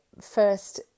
first